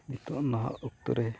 ᱱᱤᱛᱳᱜ ᱱᱟᱦᱟᱜ ᱚᱠᱛᱚ ᱨᱮ